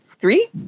three